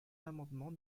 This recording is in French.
l’amendement